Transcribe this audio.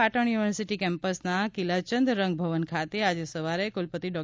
Patan university કેમ્પસના કિલાચંદ રંગભવન ખાતે આજે સવારે કુલપતિ ડો